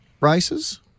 races